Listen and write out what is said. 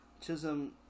Chisholm